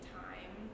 time